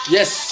Yes